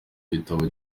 gitabo